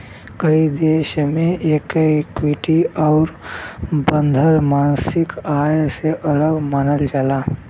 कई देश मे एके इक्विटी आउर बंधल मासिक आय से अलग मानल जाला